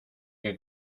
que